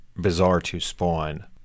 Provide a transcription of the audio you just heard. bizarre-to-spawn